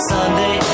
Sunday